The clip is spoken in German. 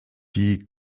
die